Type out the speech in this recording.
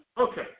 Okay